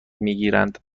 میگیرند